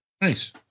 Nice